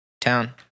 town